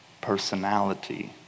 personality